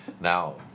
Now